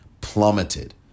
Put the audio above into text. plummeted